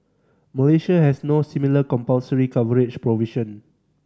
Malaysia has no similar compulsory coverage provision